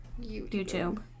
YouTube